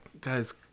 guys